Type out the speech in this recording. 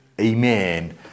Amen